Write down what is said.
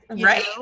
right